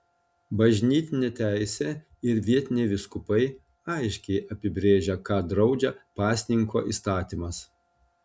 bažnytinė teisė ir vietiniai vyskupai aiškiai apibrėžia ką draudžia pasninko įstatymas